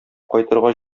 кайтырга